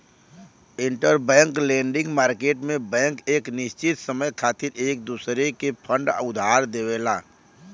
interbank lending market में bank एक निश्चित समय खातिर एक दूसरे के फंड उधार देवला